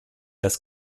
das